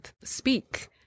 speak